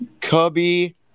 Cubby